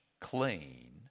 clean